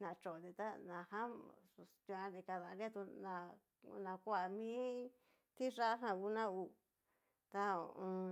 na choti ta najan pus tuanri kadanria tu na na kua mi tiyá jan nguna hú ta hu u un.